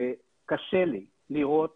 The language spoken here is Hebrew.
קשה לי לראות